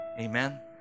Amen